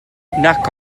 nac